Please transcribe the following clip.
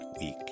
week